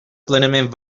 plenament